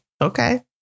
okay